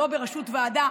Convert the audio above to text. לא בראשות ועדה